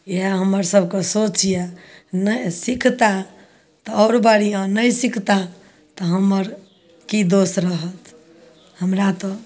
इएह हमर सबके सोच यऽ नहि सिखता तऽ आओर बढ़िआँ नहि सिखता तऽ हमर की दोष रहत हमरा तऽ